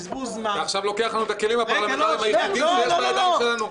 בזבוז זמן -- אתה עכשיו לוקח את הכלים הפרלמנטריים היחידים שיש לנו.